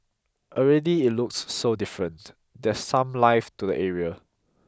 already it looks so different there's some life to the area